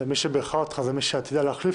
מי שבירכה אותך היא מי שעתידה להחליף